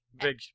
big